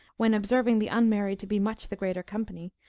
when, observing the unmarried to be much the greater company,